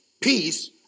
peace